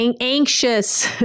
anxious